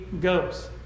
goes